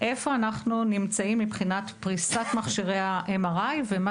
איפה אנחנו נמצאים מבחינת פריסת מכשירי ה-MRI ומה